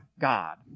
God